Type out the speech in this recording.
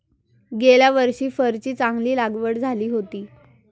गेल्या वर्षी फरची चांगली लागवड झाली होती